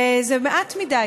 וזה מעט מדי.